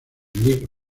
league